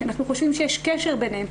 כי אנחנו חושבים שיש קשר ביניהם.